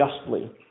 justly